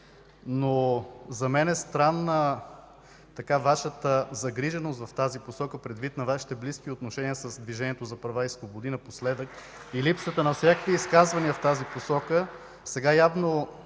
За мен е странна Вашата загриженост в тази посока предвид Вашите близки отношения с Движението за права и свободи напоследък (ръкопляскания от ПФ) и липсата на всякакви изказвания в тази посока.